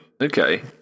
Okay